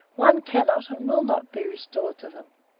one cannot and will not be restored to them.